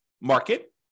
market